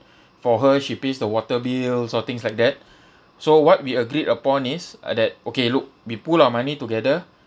for her she pays the water bills or things like that so what we agreed upon is uh that okay look we pool our money together